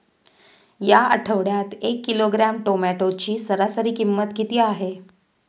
या आठवड्यात एक किलोग्रॅम टोमॅटोची सरासरी किंमत किती आहे?